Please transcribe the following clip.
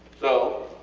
so,